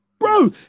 Bro